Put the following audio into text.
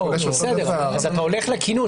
אז אתה הולך לכינוס.